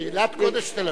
קהילת קודש תל-אביב?